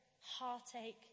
heartache